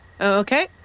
okay